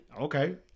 Okay